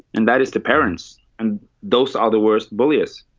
and that is the parents. and those are the worst bullies.